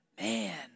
man